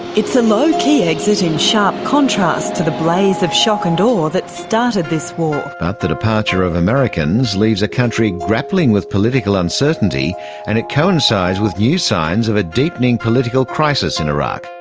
it's a low-key exit in sharp contrast to the blaze of shock and awe that started this war. but the departure of americans leaves a country grappling with political uncertainty and it coincides with new signs of a deepening political crisis in iraq.